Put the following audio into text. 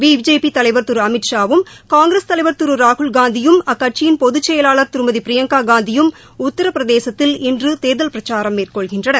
BJP தலைவர் திரு அமித்ஷா வும் காங்கிரஸ் தலைவர் திரு ராகுல்காந்தியும் அக்கட்சியின் பொதுச்செயலாளர் திருமதி பிரியங்கா காந்தியும் உத்திரபிரதேசத்தில் இன்று தேர்தல் பிரச்சாரம் மேற்கொள்கின்றனர்